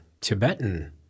Tibetan